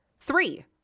Three